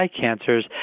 cancers